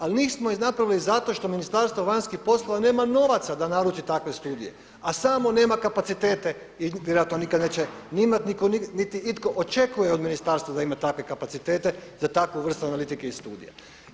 Ali nismo ih napravili zato što Ministarstvo vanjskih poslova nema novaca da naruči takve studije, a samo nema kapacitete i vjerojatno nikad neće ni imati niti itko očekuje od ministarstva da ima takve kapacitete za takvu vrstu analitike i studija.